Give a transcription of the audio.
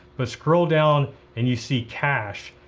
but scroll down and you see cash,